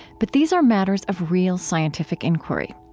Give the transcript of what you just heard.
but these are matters of real scientific inquiry.